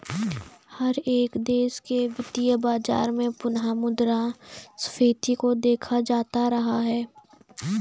हर एक देश के वित्तीय बाजार में पुनः मुद्रा स्फीती को देखा जाता रहा है